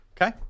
Okay